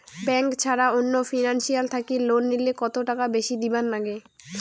Bank ছাড়া অন্য financial থাকি লোন নিলে কতটাকা বেশি দিবার নাগে?